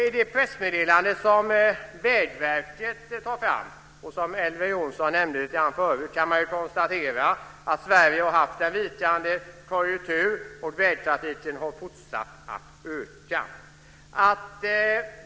I det pressmeddelande som Vägverket sänt ut, och som Elver Jonsson nämnde lite grann förut, kan man konstatera att Sverige har haft en vikande konjunktur och att vägtrafiken har fortsatt att öka.